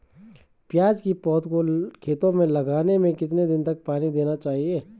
प्याज़ की पौध को खेतों में लगाने में कितने दिन तक पानी देना चाहिए?